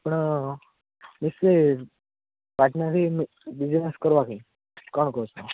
ଆପଣ ବେଶୀ ପାର୍ଟନରରେ ବିଜନେସ୍ କରିବା କି କ'ଣ କହୁଛ